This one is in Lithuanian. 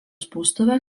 spaustuvė